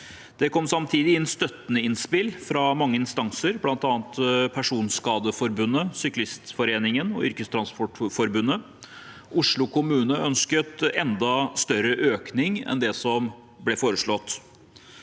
Det kom samtidig inn støttende innspill fra mange instanser, bl.a. Personskadeforbundet, Syklistforeningen og Yrkestrafikkforbundet. Oslo kommune ønsket en enda større økning enn det som ble foreslått.